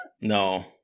No